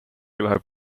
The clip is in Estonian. läheb